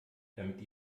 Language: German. damit